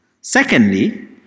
Secondly